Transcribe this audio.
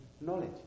knowledge